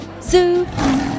Zoo